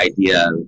idea